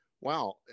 wow